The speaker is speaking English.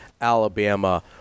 Alabama